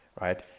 right